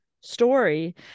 story